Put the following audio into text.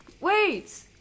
wait